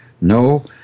No